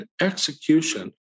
execution